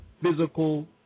physical